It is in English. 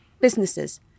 businesses